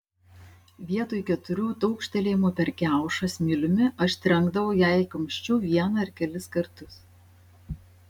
vietoj keturių taukštelėjimų per kiaušą smiliumi aš trenkdavau jai kumščiu vieną ar kelis kartus